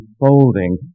unfolding